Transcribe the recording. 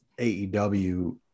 AEW